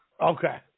Okay